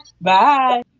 Bye